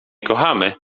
kochamy